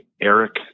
Eric